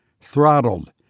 throttled